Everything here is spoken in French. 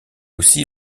aussi